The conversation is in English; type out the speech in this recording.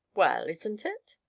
well isn't it?